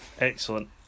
Excellent